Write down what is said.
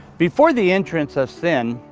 before the entrance of sin,